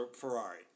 Ferrari